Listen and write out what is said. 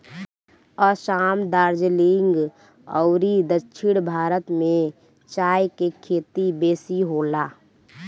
असाम, दार्जलिंग अउरी दक्षिण भारत में चाय के खेती बेसी होला